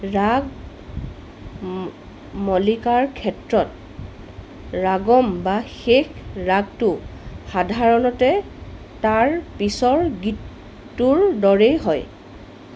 ৰাগ মল্লিকাৰ ক্ষেত্ৰত ৰাগম বা শেষ ৰাগটো সাধাৰণতে তাৰ পিছৰ গীতটোৰ দৰেই হয়